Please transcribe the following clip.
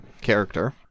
character